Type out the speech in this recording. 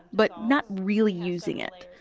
but not really using it.